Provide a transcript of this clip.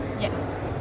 Yes